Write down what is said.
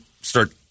start